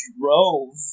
drove